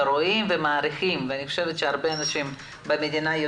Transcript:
נפגעו אנשים,